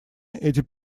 эти